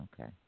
Okay